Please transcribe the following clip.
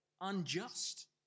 unjust